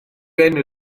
enw